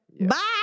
Bye